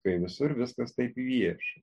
kai visur viskas taip vieša